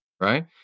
right